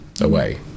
away